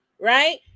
right